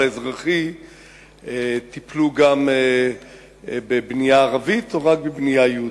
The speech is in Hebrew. האזרחי טיפלו גם בבנייה ערבית שלא כחוק,